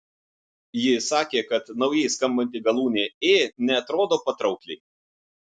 ji sakė kad naujai skambanti galūnė ė neatrodo patraukliai